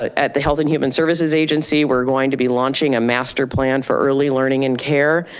at the health and human services agency, we're going to be launching a master plan for early learning and care.